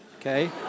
okay